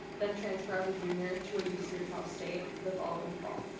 then transfer as a junior to ah u c. or cal state the following fall.